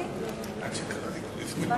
16),